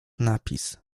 napis